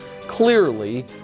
clearly